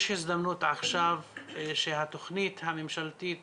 יש הזדמנות עכשיו שהתוכנית הממשלתית